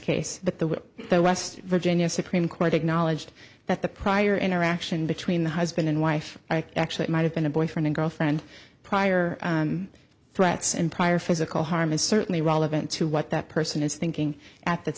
case the the west virginia supreme court acknowledged that the prior interaction between the husband and wife actually might have been a boyfriend and girlfriend prior threats and prior physical harm is certainly relevant to what that person is thinking at that